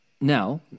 Now